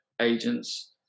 agents